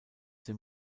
dem